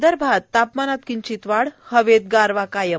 विदर्भात तापमानात किंचित वाढ मात्र हवेत गारवा कायम